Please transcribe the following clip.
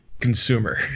consumer